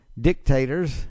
dictators